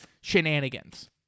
shenanigans